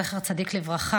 זכר צדיק לברכה,